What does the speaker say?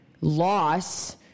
loss